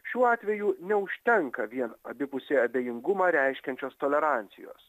šiuo atveju neužtenka vien abipusį abejingumą reiškiančios tolerancijos